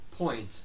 Point